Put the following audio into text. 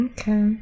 Okay